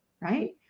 right